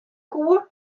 koe